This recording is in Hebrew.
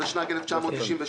התשנ"ג-1992,